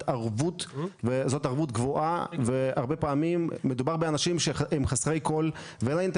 יום או משהו פחות מיום בדרך כלל מקבלים את